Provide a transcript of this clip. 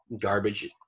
garbage